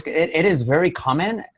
it it is very common.